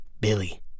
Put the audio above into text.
Billy